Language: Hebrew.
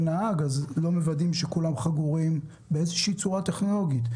לא מוודאים שכולם חגורים באיזושהי צורה טכנולוגית,